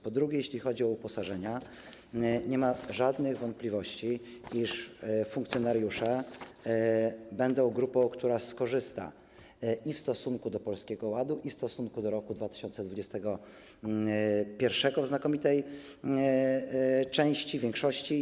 Po drugie, jeśli chodzi o uposażenia, nie ma żadnych wątpliwości, iż funkcjonariusze będą grupą, która skorzysta i w stosunku do Polskiego Ładu, i w stosunku do roku 2021 w znakomitej części, większości.